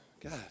God